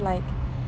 like